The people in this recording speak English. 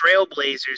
Trailblazers